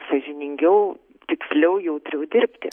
sąžiningiau tiksliau jautriau dirbti